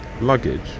luggage